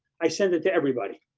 i sent it to everybody.